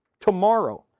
tomorrow